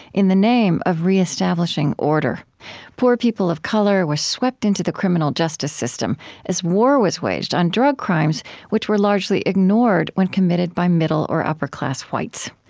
in the name of reestablishing order poor people of color were swept into the criminal justice system as war was waged on drug crimes which were largely ignored when committed by middle or upper-class whites.